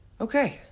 Okay